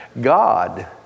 God